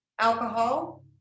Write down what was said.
alcohol